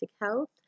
health